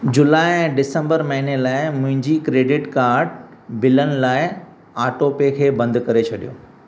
जुलाई ऐं डिसंबर महीने लाइ मुंहिंजी क्रेडिट कार्ड बिलनि लाइ ऑटो पे खे बंदि करे छॾियो